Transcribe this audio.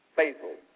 faithful